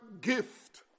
gift